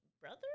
brother